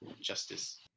justice